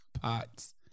Pots